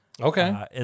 Okay